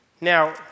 Now